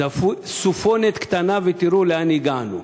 סופונת קטנה, ותראו לאן הגענו.